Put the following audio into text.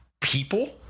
people